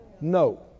no